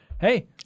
hey